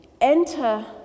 enter